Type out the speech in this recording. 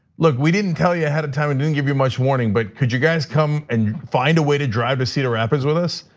look, we didn't tell you ahead of time and didn't give you much warning. but could you guys come and find a way to drive to cedar rapids with us?